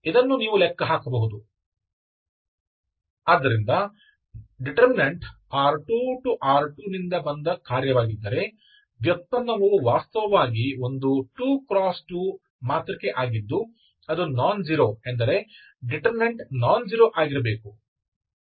ಆದ್ದರಿಂದ determinant R2R2 ನಿಂದ ಬಂದ ಕಾರ್ಯವಾಗಿದ್ದರೆ ವ್ಯುತ್ಪನ್ನವು ವಾಸ್ತವವಾಗಿ ಒಂದು 2×2 ಮಾತೃಕೆ ಆಗಿದ್ದು ಅದು ನಾನ್ ಜೀರೋ ಎಂದರೆ ಡಿಟರ್ಮಿನಂಟ ನಾನ್ ಜೀರೋ ಆಗಿರಬೇಕು